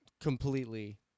completely